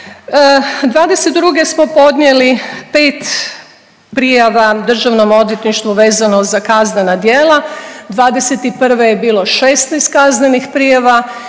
'22. smo podnijeli 5 prijava državnom odvjetništvu vezano za kaznena djela, '21. je bilo 16 kaznenih prijava